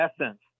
essence